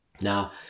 Now